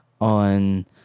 on